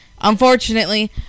unfortunately